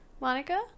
Monica